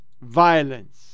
violence